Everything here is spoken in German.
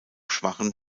schwachen